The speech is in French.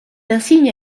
insigne